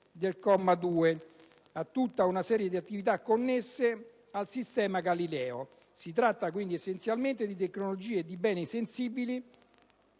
al comma 2, a tutta una serie di attività connesse al sistema Galileo. Si tratta, quindi, essenzialmente di tecnologie e di beni sensibili